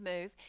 move